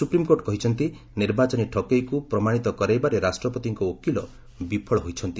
supreme court କହିଛନ୍ତି ନିର୍ବାଚନ ଠକେଇକୁ ପ୍ରମାଣିତ କରାଇବାରେ ରାଷ୍ଟ୍ରପତିଙ୍କ ଓକିଲ ବିଫଳ ହୋଇଛନ୍ତି